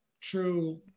true